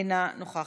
אינה נוכחת.